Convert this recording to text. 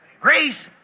Grace